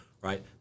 right